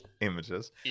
images